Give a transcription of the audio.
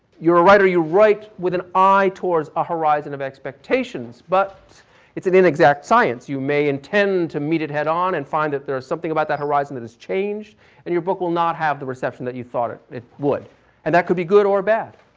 you are a writer, you write with an eye toward a horizon of expectations, but it in an exact science. you may intend to meet it head on and find that there is something about that horizon that is changed and your book will not have the reception that you thought it it would and that can be good or bad.